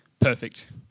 Perfect